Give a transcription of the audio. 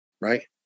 right